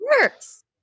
works